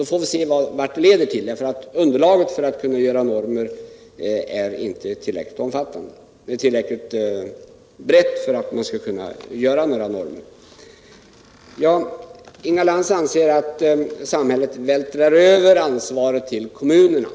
Vi får se vad förslaget kommer att leda till. Men underlaget är ännu inte tillräckligt brett för att man skall kunna utarbeta några normer nu. Inga Lantz anser att samhället vältrar över ansvaret på kommunerna.